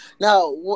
Now